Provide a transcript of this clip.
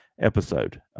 episode